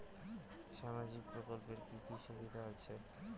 সামাজিক প্রকল্পের কি কি সুবিধা আছে?